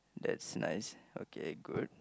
that's nice okay good